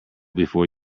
before